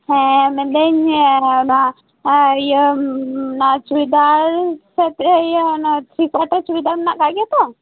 ᱦᱮᱸ ᱢᱮᱱᱫᱟᱹᱧ ᱱᱚᱣᱟ ᱟᱨ ᱤᱭᱟᱹ ᱱᱚᱣᱟ ᱪᱩᱲᱤᱫᱟᱨ ᱥᱮᱴ ᱤᱭᱟᱹ ᱚᱱᱟ ᱛᱷᱤᱨᱤ ᱠᱳᱣᱟᱴᱟᱨ ᱪᱩᱲᱤᱫᱟᱨ ᱢᱮᱱᱟᱜ ᱟᱠᱟᱫ ᱜᱮᱭᱟ ᱛᱚ